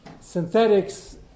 Synthetics